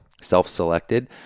self-selected